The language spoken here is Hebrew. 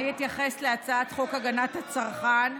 אני אתייחס להצעת חוק הגנת הצרכן,